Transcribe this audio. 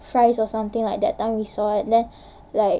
fries or something like that we saw and then like